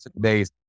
days